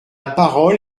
parole